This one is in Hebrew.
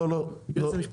בעיה.